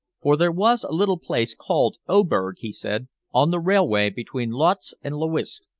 for there was a little place called oberg, he said, on the railway between lodz and lowicz.